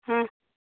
ആ